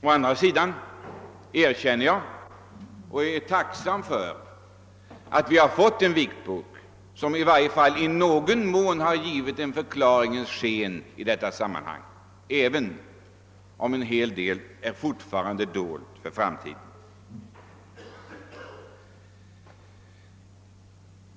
Å andra sidan erkänner jag och är tacksam för att vi har fått en vitbok som i varje fall i någon mån har givit en förklaring i detta sammanhang, även om en hel del fortfarande är dolt för framtiden.